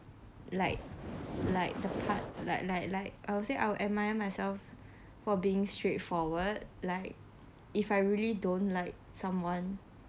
like like the part like like like I would say I admire myself for being straightforward like if I really don't like someone